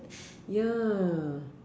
ya